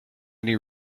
any